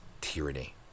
tyranny